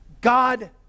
God